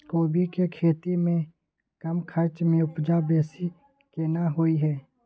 कोबी के खेती में कम खर्च में उपजा बेसी केना होय है?